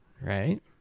right